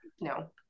No